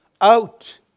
out